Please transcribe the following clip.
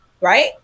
right